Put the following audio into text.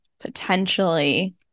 potentially